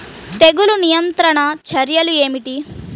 తెగులు నియంత్రణ చర్యలు ఏమిటి?